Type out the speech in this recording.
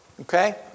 Okay